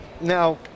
now